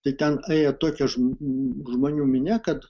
tai ten ėjo tokia žmonių žmonių minia kad